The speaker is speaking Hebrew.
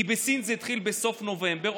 כי בסין זה התחיל בסוף נובמבר,